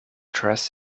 dress